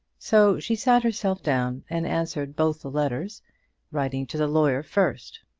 so she sat herself down and answered both the letters writing to the lawyer first.